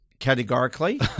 Categorically